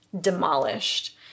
demolished